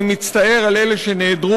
ואני מצטער על אלה שנעדרו.